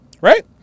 Right